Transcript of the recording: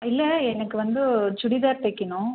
இல்லை எனக்கு வந்து சுடிதார் தைக்கணும்